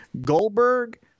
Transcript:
Goldberg